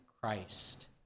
Christ